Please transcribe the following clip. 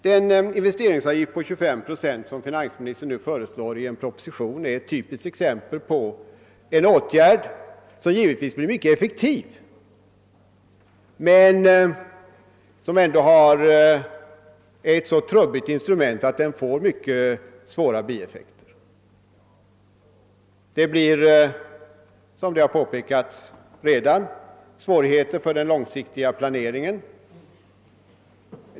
Den investeringsavgift på 25 procent som finansministern nu föreslår i en proposition är ett typiskt exempel: den är ett instrument som givetvis blir mycket effektivt men ändå är så trubbigt att det åstadkommer mycket svåra bieffekter. Det uppstår, som man redan har påpekat, svårigheter för den långsiktiga planeringen.